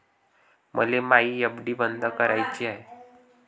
मले मायी एफ.डी बंद कराची हाय